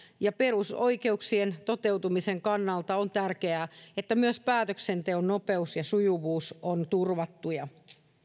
ja perusoikeuksien toteutumisen kannalta on tärkeää että myös päätöksenteon nopeus ja sujuvuus on turvattu ja